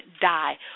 die